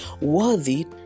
worthy